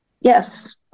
yes